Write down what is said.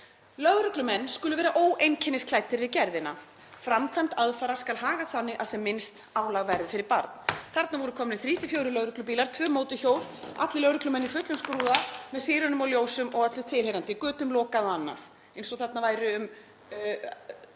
Lögreglumenn skulu vera óeinkennisklæddir við gerðina. Framkvæmd aðfarar skal hagað þannig að sem minnst álag verði fyrir barn …“ Þarna voru komnir þrír til fjórir lögreglubílar, tvö mótorhjól, allir lögreglumenn í fullum skrúða með sírenum og ljósum og öllu tilheyrandi; götum lokað og annað, eins og þarna væri um